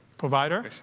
provider